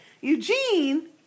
Eugene